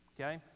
Okay